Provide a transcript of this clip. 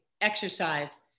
exercise